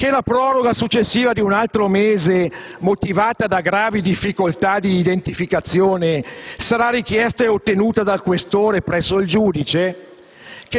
Che la proroga successiva di un altro mese motivata da gravi difficoltà d'identificazione sarà richiesta e ottenuta dal questore presso il giudice?